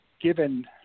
given